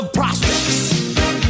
prospects